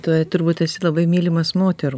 tu turbūt esi labai mylimas moterų